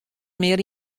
mear